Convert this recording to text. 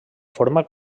forma